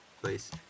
Please